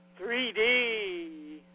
3D